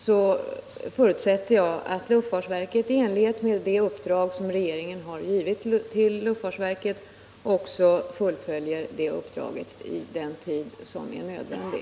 Jag förutsätter att luftfartsverket, i enlighet med det uppdrag som regeringen har givit luftfartsverket, också fullföljer det uppdraget inom den tid som är nödvändig.